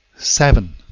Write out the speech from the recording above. seven.